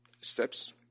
steps